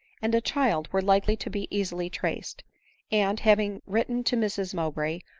and a child, were likely to be easily traced and having written to mrs mowbray,